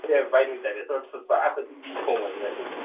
ꯑꯦ ꯚꯥꯏ ꯅꯣꯏ ꯗꯥꯏꯅꯣꯁꯣꯔ ꯐꯨꯠꯄ ꯑꯩꯈꯣꯏꯗꯤ ꯃꯤ ꯊꯣꯡꯕꯅꯦ ꯉꯁꯤ